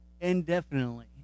indefinitely